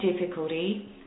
difficulty